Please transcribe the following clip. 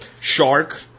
Shark